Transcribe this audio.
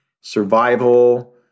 survival